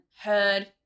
heard